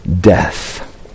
death